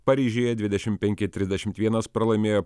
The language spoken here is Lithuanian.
paryžiuje dvidešim penki trisdešimt vienas pralaimėjo